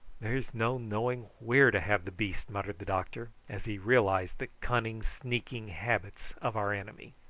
there's no knowing where to have the beast, muttered the doctor, as he realised the cunning sneaking habits of our enemy.